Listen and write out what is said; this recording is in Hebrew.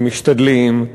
ומשתדלים,